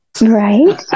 Right